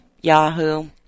Yahoo